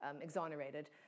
exonerated